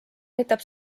aitab